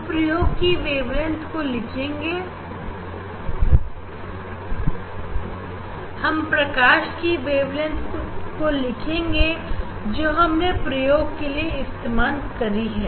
हम प्रकाश की वेवलेंथ को लिखेंगे जो हमने प्रयोग के लिए इस्तेमाल करी है